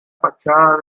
fachada